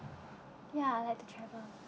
ya I like to travel